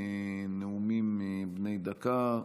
נאומים בני דקה.